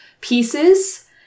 pieces